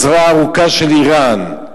הזרוע הארוכה של אירן.